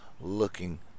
looking